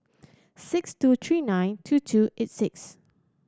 six two three nine two two eight six